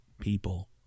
people